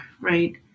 right